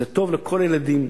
זה טוב לכל הילדים.